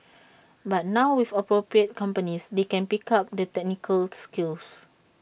but now with appropriate companies they can pick up the technical skills